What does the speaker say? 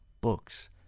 books